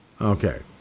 Okay